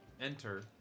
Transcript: enter